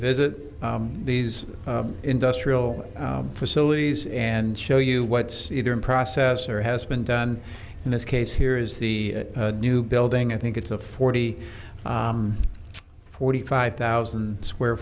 visit these industrial facilities and show you what's either in process or has been done in this case here is the new building i think it's a forty forty five thousand square